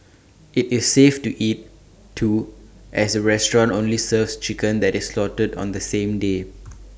IT is safe to eat too as the restaurant only serves chicken that is slaughtered on the same day